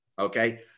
okay